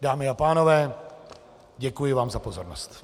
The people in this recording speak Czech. Dámy a pánové, děkuji vám za pozornost.